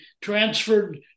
transferred